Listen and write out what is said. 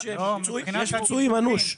יש פצועים אנוש.